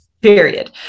Period